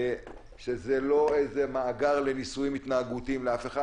שזה לא איזה מאגר לניסויים התנהגותיים לאף אחד.